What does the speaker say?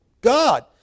God